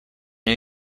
new